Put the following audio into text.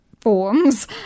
forms